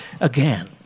again